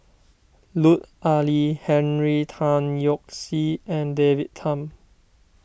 Lut Ali Henry Tan Yoke See and David Tham